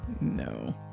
No